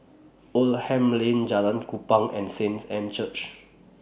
Oldham Lane Jalan Kupang and Saints Anne's Church